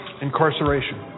incarceration